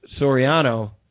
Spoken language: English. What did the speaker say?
Soriano